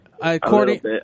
According